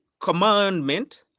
commandment